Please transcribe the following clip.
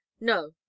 no